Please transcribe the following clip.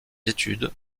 études